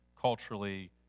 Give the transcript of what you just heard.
culturally